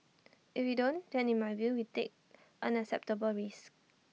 if we don't then in my view we take unacceptable risks